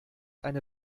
eine